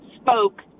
spoke